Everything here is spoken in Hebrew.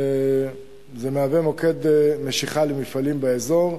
ומהווה מוקד משיכה למפעלים באזור.